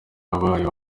wabaye